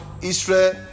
Israel